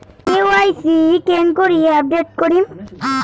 KYC কেঙ্গকরি update করিম?